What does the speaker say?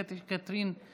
קטי קטרין שטרית,